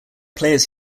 players